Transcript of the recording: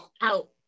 out